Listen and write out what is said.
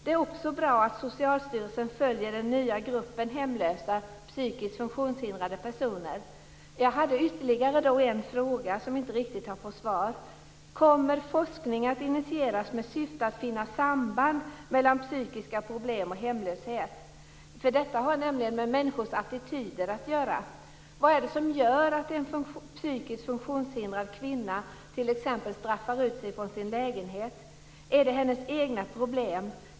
Det är också bra att Socialstyrelsen följer den nya gruppen hemlösa, psykiskt funktionshindrade personer. Jag har ytterligare en fråga som inte riktigt har fått svar. Kommer forskning att initieras med syfte att finna samband mellan psykiska problem och hemlöshet? Detta har nämligen med människors attityder att göra. Vad är det som gör att en psykiskt funktionshindrad kvinna t.ex. straffar ut sig från sin lägenhet? Är det hennes egna problem?